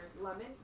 Lemon